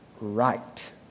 right